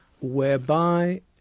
whereby